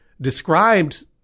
described